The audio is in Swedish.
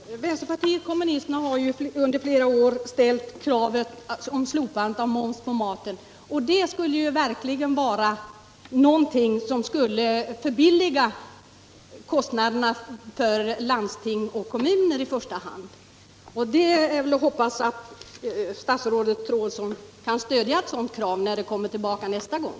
Herr talman! Vänsterpartiet kommunisterna har under flera år ställt krav om slopande av moms på maten. Det skulle verkligen förbilliga kostnaderna för landsting och kommuner i första hand. Det är väl att hoppas att statsrådet Troedsson kan stödja ett sådant krav när det kommer tillbaka nästa gång.